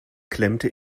klemmte